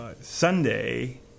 Sunday